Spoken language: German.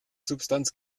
substanz